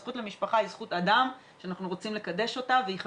הזכות למשפחה היא זכות אדם שאנחנו רוצים לקדש אותה והיא חשובה.